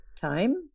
time